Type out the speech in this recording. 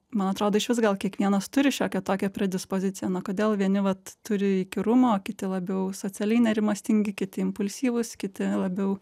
man atrodo išvis gal kiekvienas turi šiokią tokią predispoziciją na kodėl vieni vat turi įkyrumo kiti labiau socialiai nerimastingi kiti impulsyvūs kiti labiau